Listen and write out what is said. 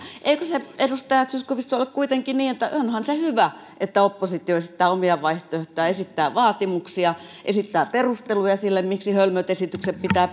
se edustaja zyskowicz ole kuitenkin niin että se on hyvä että oppositio esittää omia vaihtoehtojaan esittää vaatimuksia esittää perusteluja sille miksi hölmöt esitykset pitää